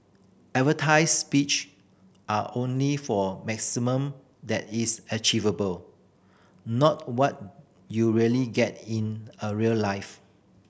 advertised speed are only for maximum that is achievable not what you really get in a real life